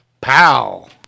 PAL